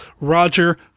Roger